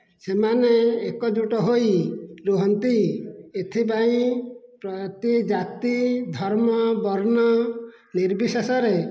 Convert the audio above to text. ସେମାନେ ଏକଜୁଟ ହୋଇ ରୁହନ୍ତି ଏଥିପାଇଁ ପ୍ରତି ଜାତି ଧର୍ମ ବର୍ଣ୍ଣ ନିର୍ବିଶେଷରେ